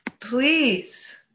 please